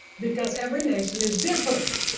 because every nation is different.